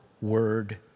word